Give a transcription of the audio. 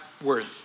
words